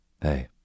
Hey